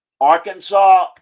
Arkansas